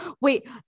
Wait